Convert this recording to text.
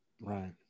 Right